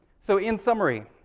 so in summary,